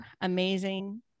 amazing